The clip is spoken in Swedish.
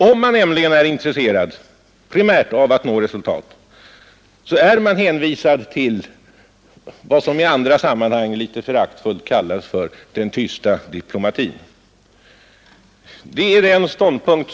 Om man primärt är intresserad av att nå resultat, är man hänvisad till vad som i andra sammanhang litet föraktfullt kallas för den tysta diplomatin.